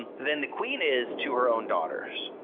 and than the queen is to her own daughters.